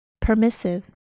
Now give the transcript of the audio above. permissive